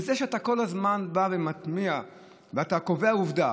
בזה שאתה כל הזמן בא ומטמיע וקובע עובדה